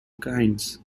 kinds